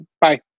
Bye